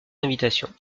d’invitation